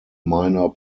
minor